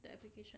the application